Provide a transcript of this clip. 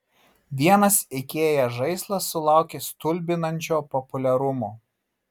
vienas ikea žaislas sulaukė stulbinančio populiarumo